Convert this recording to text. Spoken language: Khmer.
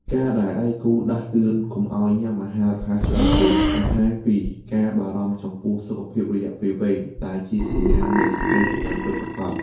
ការដែលដៃគូដាស់តឿនកុំឱ្យញ៉ាំអាហាររហ័សច្រើនពេក បង្ហាញពីការបារម្ភចំពោះសុខភាពរយៈពេលវែង ដែលជាសញ្ញានៃសេចក្ដីស្រឡាញ់ពិតប្រាកដ។